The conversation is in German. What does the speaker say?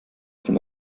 sind